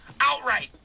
outright